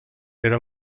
era